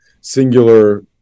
singular